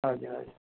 हजुर हजुर